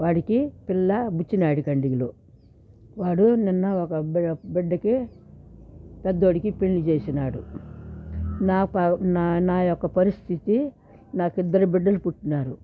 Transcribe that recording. వాడికి పిల్ల బుచ్చినాయుడు కండింగులు వాడు నిన్న ఒక అబ్బా బిడ్డకి పెద్దోడికి పెళ్ళి చేసినాడు నా ప నా నా యొక్క పరిస్థితి నాకు ఇద్దరు బిడ్డలు పుట్టినారు